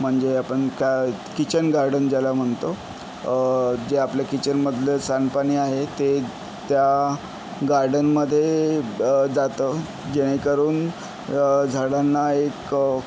म्हणजे आपण काय किचन गार्डन ज्याला म्हणतो जे आपलं किचनमधलं सांडपाणी आहे ते त्या गार्डनमध्ये जातं जेणेकरून झाडांना एक